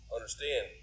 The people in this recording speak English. Understand